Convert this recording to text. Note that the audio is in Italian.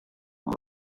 uomo